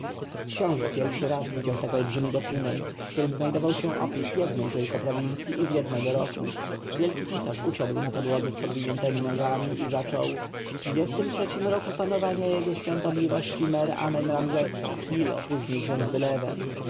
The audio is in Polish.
książę pierwszy raz widział tak olbrzymi dokument w którym znajdował się opis jednej tylko prowincji i z jednego roku wielki pisarz usiadł na podłodze z podwiniętemi nogami i zaczął w trzydziestym trzecim roku panowania jego świątobliwości mer-amen-ramzesa nil opóźnił się z